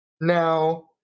now